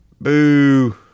Boo